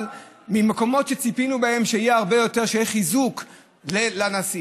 אבל ממקומות שציפינו מהם שיהיה חיזוק לנשיא,